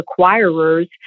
acquirers